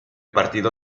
partido